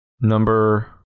Number